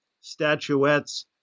statuettes